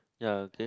ya okay